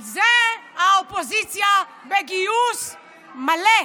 על זה האופוזיציה בגיוס מלא,